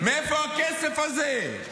מאיפה הכסף הזה?